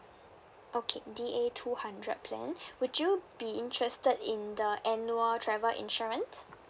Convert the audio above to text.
okay D_A two hundred plan would you be interested in the annual travel insurance